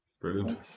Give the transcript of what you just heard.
Brilliant